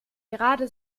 gerade